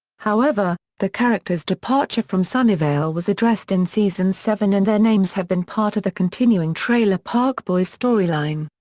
however, the characters' departure from sunnyvale was addressed in season seven and their names have been part of the continuing trailer park boys storyline.